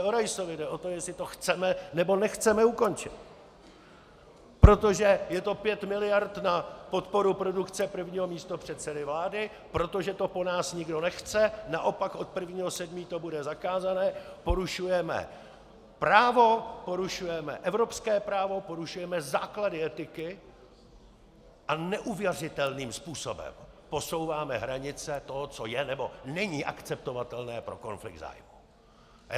Jde o to, jestli to chceme, nebo nechceme ukončit, protože je to pět miliard na podporu produkce prvního místopředsedy vlády, protože to po nás nikdo nechce, naopak od 1. 7. to bude zakázané, porušujeme právo, porušujeme evropské právo, porušujeme základy etiky a neuvěřitelným způsobem posouváme hranice toho, co je nebo není akceptovatelné pro konflikt zájmů.